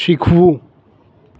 શીખવું